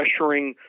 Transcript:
pressuring